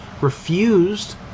refused